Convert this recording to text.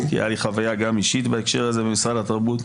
כי הייתה לי חוויה גם אישית בהקשר הזה במשרד התרבות,